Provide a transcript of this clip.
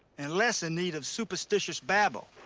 and less in need of superstitious babble.